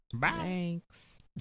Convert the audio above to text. thanks